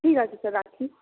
ঠিক আছে স্যার রাখি